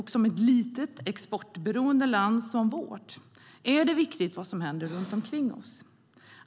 För ett litet, exportberoende land som vårt är det viktigt vad som händer runt omkring oss.